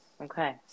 Okay